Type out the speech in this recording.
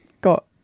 got